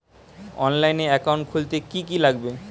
অনলাইনে একাউন্ট খুলতে কি কি লাগবে?